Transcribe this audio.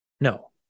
No